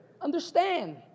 Understand